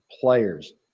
players